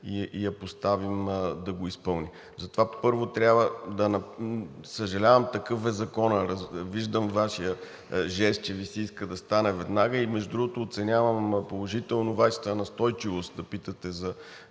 и я поставим да го изпълни. Затова, първо, трябва... Съжалявам, такъв е законът. Виждам Вашия жест, че Ви се иска да стане веднага, и между другото, оценявам положително Вашата настойчивост да питате за